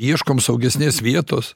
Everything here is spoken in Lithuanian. ieškom saugesnės vietos